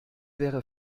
wäre